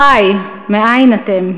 אחי, מאין אתם?